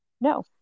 no